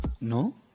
No